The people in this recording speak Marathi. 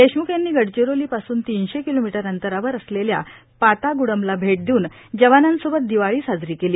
देशम्ख यांनी गडचिरोलीपासून तीनशे किलोमीटर अंतरावर असलेल्या पाताग्डमला भेट देऊन जवानांसोबत दिवाळी साजरी केली